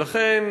ולכן,